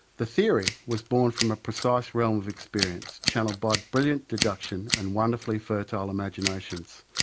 the theory was borne from a precise realm of experience channeled by brilliant deduction and wonderfully fertile imaginations.